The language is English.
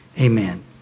amen